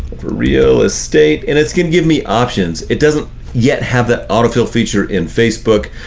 for real estate, and it's gonna give me options. it doesn't yet have that auto fill feature in facebook,